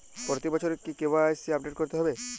প্রতি বছরই কি কে.ওয়াই.সি আপডেট করতে হবে?